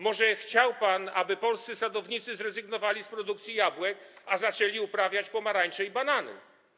Może chciał pan, aby polscy sadownicy zrezygnowali z produkcji jabłek, a zaczęli uprawiać pomarańcze i banany.